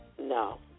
No